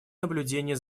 наблюдения